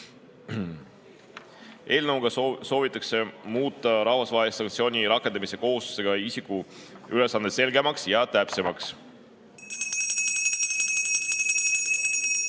Eelnõuga soovitakse muuta rahvusvahelise sanktsiooni rakendamise kohustusega isiku ülesanded selgemaks ja täpsemaks.